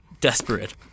desperate